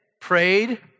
prayed